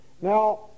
Now